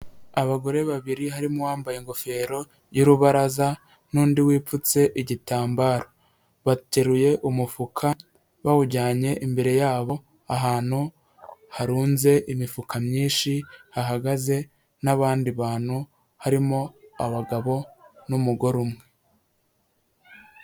Abagore babiri harimo uwambaye ingofero y'urubaraza n'undi wipfutse igitambaro. Bateruye umufuka, bawujyanye imbere yabo, ahantu harunze imifuka myinshi, hahagaze n'abandi bantu, harimo abagabo n'umugore umwe.